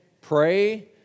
Pray